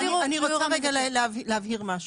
אני רוצה רגע להבהיר משהו.